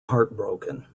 heartbroken